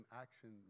action